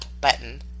button